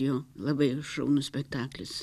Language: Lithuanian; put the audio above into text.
jo labai šaunus spektaklis